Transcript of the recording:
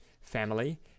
family